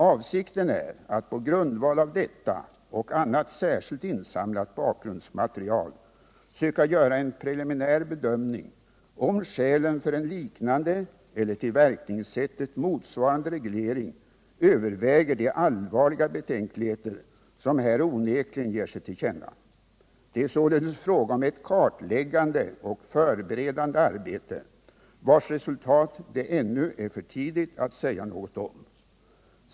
Avsikten är att på grundvalav detta och annat särskilt insamlat bakgrundsmaterial söka göra en preliminär bedömning om skälen för en liknande eller till verkningssättet motsvarande reglering överväger de allvarliga betänkligheter som här onekligen ger sig till känna. Det är således fråga om ett kartläggande och förberedande arbete vars resultat det ännu är för tidigt att säga något om.